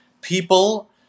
people